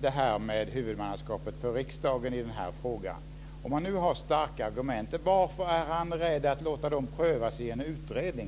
detta med huvudmannaskapet för riksdagen i den här frågan, varför är han då rädd för låta dem prövas i en utredning?